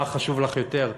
מה חשוב לך יותר,